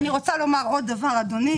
אני רוצה לומר עוד דבר אדוני